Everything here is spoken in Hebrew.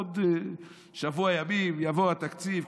עוד שבוע ימים יעבור התקציב,